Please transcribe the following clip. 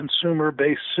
consumer-based